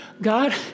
God